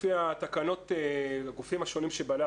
לפי התקנות לגופים השונים שהם בעלי